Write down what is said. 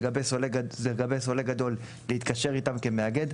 לגבי סולק גדול להתקשר איתם כמאגד,